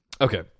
Okay